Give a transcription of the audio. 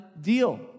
deal